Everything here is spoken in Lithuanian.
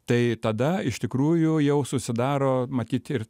tai tada iš tikrųjų jau susidaro matyt ir